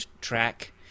track